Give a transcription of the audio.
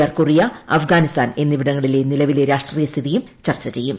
R Korea Afghanistan എന്നിവിടങ്ങളിലെ നിലവിലെ രാഷ്ട്രീയ സ്ഥിതിയും ചർച്ചു ചെയ്യും